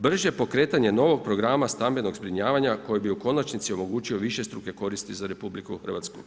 Brže pokretanje novog programa stambenog zbrinjavanja koje bi u konačnici omogućio višestruke koristi za RH.